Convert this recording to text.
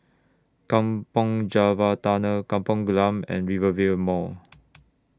Kampong Java Tunnel Kampung Glam and Rivervale Mall